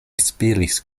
spiris